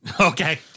Okay